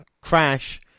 crash